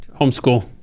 Homeschool